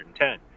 110